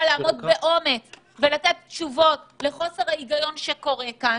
לעמוד באומץ ולתת תשובות לחוסר ההיגיון שקורה כאן,